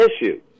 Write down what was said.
issue